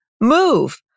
Move